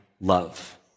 love